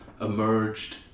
emerged